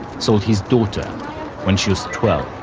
sold his daughter when she was twelve.